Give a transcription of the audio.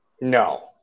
No